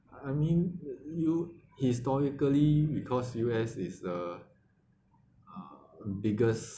I mean uh historically because U_S is the uh biggest